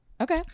Okay